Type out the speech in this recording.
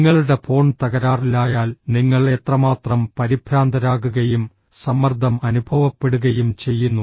നിങ്ങളുടെ ഫോൺ തകരാറിലായാൽ നിങ്ങൾ എത്രമാത്രം പരിഭ്രാന്തരാകുകയും സമ്മർദ്ദം അനുഭവപ്പെടുകയും ചെയ്യുന്നു